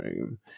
room